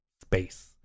space